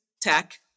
tech